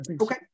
Okay